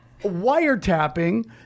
wiretapping